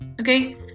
Okay